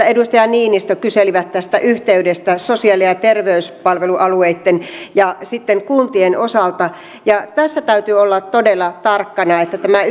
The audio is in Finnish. edustaja niinistö kyselivät tästä yhteydestä sosiaali ja ja terveyspalvelualueitten ja sitten kuntien osalta tässä täytyy olla todella tarkkana että tämä